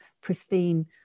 pristine